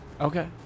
Okay